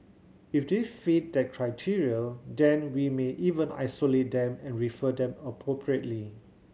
if they fit that criteria then we may even isolate them and refer them appropriately